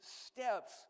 steps